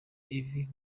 ivi